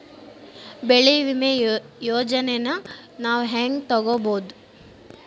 ಬೆಳಿ ವಿಮೆ ಯೋಜನೆನ ನಾವ್ ಹೆಂಗ್ ತೊಗೊಬೋದ್?